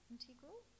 Integral